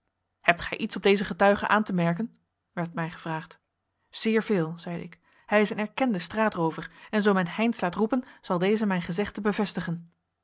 hebt gij iets op dezen getuige aan te merken werd mij gevraagd zeer veel zeide ik hij is een erkende straatroover en zoo men heynsz laat roepen zal deze mijn gezegde bevestigen